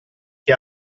che